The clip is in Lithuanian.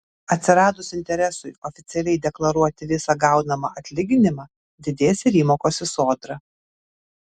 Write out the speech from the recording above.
atsiradus interesui oficialiai deklaruoti visą gaunamą atlyginimą didės ir įmokos į sodrą